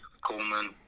Coleman